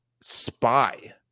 spy